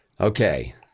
Okay